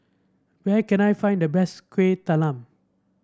where can I find the best Kueh Talam